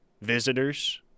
visitors –